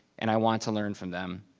and i want to learn from them.